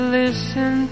listen